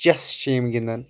chess چھِ یِم گنٛدان